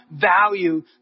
value